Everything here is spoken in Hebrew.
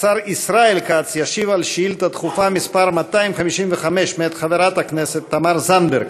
השר ישראל כץ ישיב על שאילתה דחופה מס' 255 מאת חברת הכנסת תמר זנדברג.